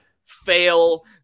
Fail